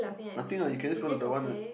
nothing what you can just go to the one